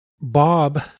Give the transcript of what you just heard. Bob